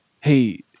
hey